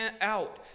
out